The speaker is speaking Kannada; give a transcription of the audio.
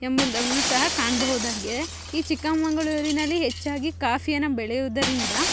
ಎಂಬುದನ್ನು ಸಹ ಕಾಣಬಹುದಾಗಿದೆ ಈ ಚಿಕ್ಕಮಗಳೂರಿನಲ್ಲಿ ಹೆಚ್ಚಾಗಿ ಕಾಫಿಯನ್ನು ಬೆಳೆಯೋದರಿಂದ